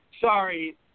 Sorry